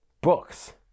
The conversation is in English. Books